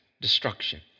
destruction